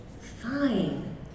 fine